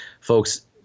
folks